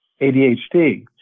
ADHD